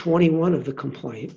twenty one of the complaints